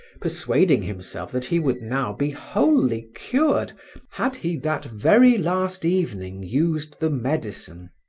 persuading himself that he would now be wholly cured had he that very last evening used the medicine.